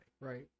Right